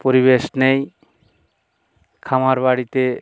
পরিবেশ নেই খামার বাড়িতে